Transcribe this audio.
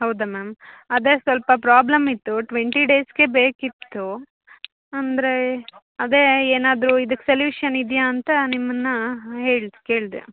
ಹೌದು ಮ್ಯಾಮ್ ಅದೇ ಸ್ವಲ್ಪ ಪ್ರಾಬ್ಲಮ್ ಇತ್ತು ಟ್ವೆಂಟಿ ಡೇಸ್ಗೆ ಬೇಕಿತ್ತು ಅಂದರೆ ಅದೇ ಏನಾದರೂ ಇದಕ್ಕೆ ಸೆಲ್ಯೂಶನ್ ಇದೆಯಾ ಅಂತ ನಿಮ್ಮನ್ನು ಹಾಂ ಹೇಳಿ ಕೇಳಿದೆ